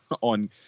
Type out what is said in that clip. on